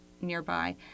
nearby